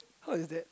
how is that